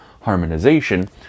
harmonization